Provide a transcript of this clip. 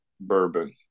bourbon